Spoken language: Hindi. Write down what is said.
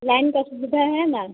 लाइन का सुविधा है ना